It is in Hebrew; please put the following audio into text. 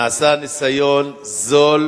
נעשה ניסיון זול